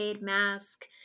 mask